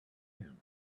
him